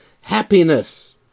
happiness